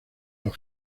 los